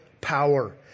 power